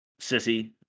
sissy